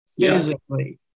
physically